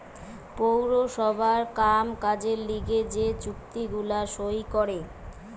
পৌরসভার কাম কাজের লিগে যে চুক্তি গুলা সই করে